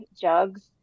jugs